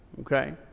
Okay